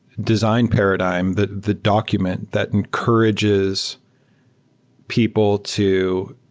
design paradigm that the document that encourages people to